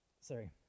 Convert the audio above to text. Sorry